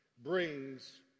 brings